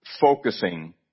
focusing